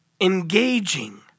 Engaging